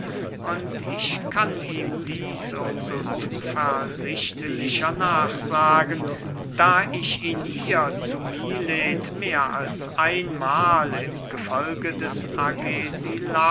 und ich kann ihm dieß um so zuversichtlicher nachsagen da ich ihn hier zu milet mehr als ein mahl im gefolge des